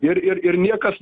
ir ir ir niekas